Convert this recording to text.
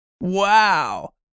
Wow